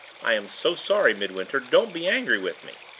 i am so sorry, midwinter. don't be angry with me!